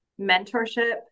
mentorship